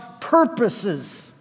purposes